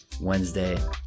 Wednesday